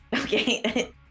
Okay